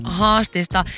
haastista